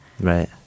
Right